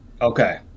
Okay